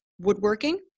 woodworking